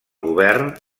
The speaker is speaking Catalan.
govern